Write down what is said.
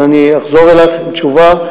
אבל אחזור אלייך עם תשובה.